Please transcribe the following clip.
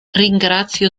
ringrazio